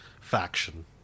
faction